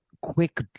quick